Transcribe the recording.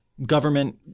Government